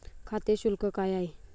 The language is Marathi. खाते शुल्क काय आहे?